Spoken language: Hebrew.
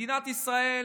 מדינת ישראל